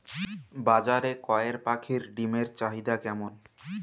বাজারে কয়ের পাখীর ডিমের চাহিদা কেমন?